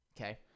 okay